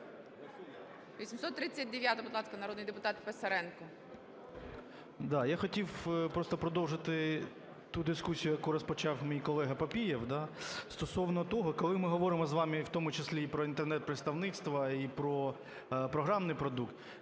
839-а. Будь ласка, народний депутат Писаренко. 10:32:36 ПИСАРЕНКО В.В. Я хотів просто продовжити ту дискусію, яку розпочав мій колега Папієв, стосовно того, коли ми говоримо з вами в тому числі і про інтернет-представництва і про програмний продукт,